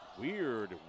weird